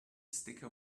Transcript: sticker